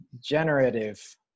generative